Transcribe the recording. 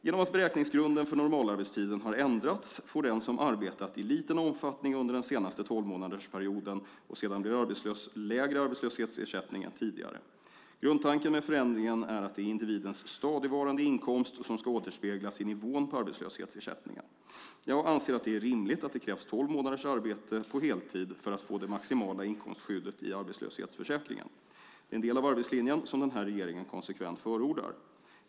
Genom att beräkningsgrunden för normalarbetstiden har ändrats får den som arbetat i liten omfattning under den senaste tolvmånadersperioden och sedan blir arbetslös lägre arbetslöshetsersättning än tidigare. Grundtanken med förändringen är att det är individens stadigvarande inkomst som ska återspeglas i nivån på arbetslöshetsersättningen. Jag anser att det är rimligt att det krävs tolv månaders arbete på heltid för att få det maximala inkomstskyddet i arbetslöshetsförsäkringen. Det är en del av arbetslinjen, som den här regeringen konsekvent förordar.